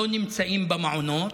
לא נמצאים במעונות,